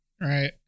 right